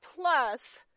plus